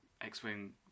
x-wing